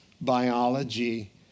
biology